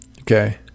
Okay